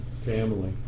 family